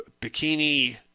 bikini